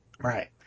Right